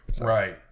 Right